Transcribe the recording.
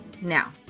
now